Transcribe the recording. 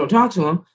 talk to him.